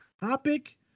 topic